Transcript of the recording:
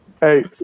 Hey